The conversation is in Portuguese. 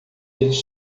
eles